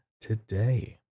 today